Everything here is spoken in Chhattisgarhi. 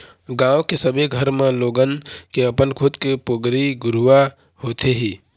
गाँव के सबे घर म लोगन के अपन खुद के पोगरी घुरूवा होथे ही